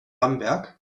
bamberg